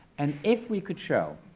and if we could show,